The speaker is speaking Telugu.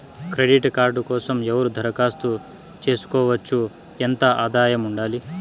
క్రెడిట్ కార్డు కోసం ఎవరు దరఖాస్తు చేసుకోవచ్చు? ఎంత ఆదాయం ఉండాలి?